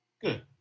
Good